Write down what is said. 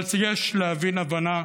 אבל יש להבין הבנה,